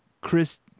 chris